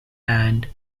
and